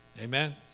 Amen